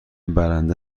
برنده